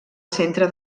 centre